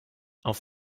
auf